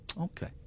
Okay